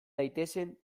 daitezen